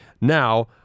Now